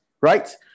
right